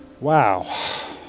Wow